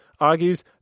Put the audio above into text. argues